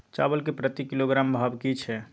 चावल के प्रति किलोग्राम भाव की छै?